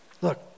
Look